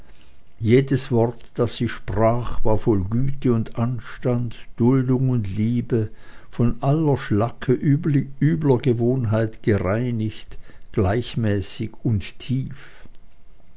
jedes wort das sie sprach war voll güte und anstand duldung und liebe von aller schlacke übler gewohnheit gereinigt gleichmäßig und tief